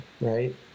right